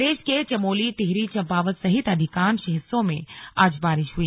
प्रदेश के चमोली टिहरी चंपावत सहित अधिकांश हिस्सों में आज बारिश हुई